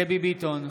דבי ביטון,